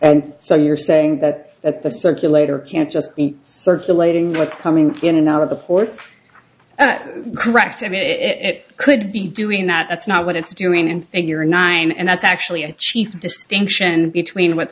and so you're saying that at the circulator can't just circulating what's coming in and out of the ports correct i mean it could be doing that that's not what it's doing and figure nine and that's actually a chief distinction between what